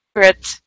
secret